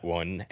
one